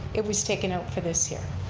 it was taken out for this year.